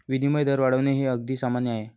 विनिमय दर वाढणे हे अगदी सामान्य आहे